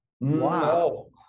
Wow